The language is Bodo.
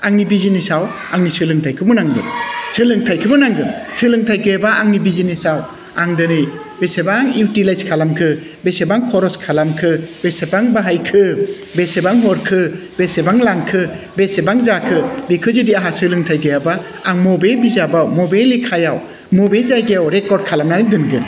आंनि बिजनेसआव आंनि सोलोंथाइखौबो नांगौ सोलोंथाइखौबो नांगोन सोलोंथाइ गैयाबा आंनि बिजनेसयाव आं दिनै बेसेबां इउटिलाइस खालामखो बेसेबां खरस खालामखो बेसेबां बाहायखो बेसेबां हरखो बेसेबां लांखो बेसेबां जाखो बेखौ जुदि आंहा सोलोंथाइ गैयाबा आं बबे बिजाबाव बबे लेखायाव बबे जायगायाव रेकर्ड खालामनानै दोनगोन